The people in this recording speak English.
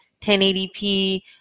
1080p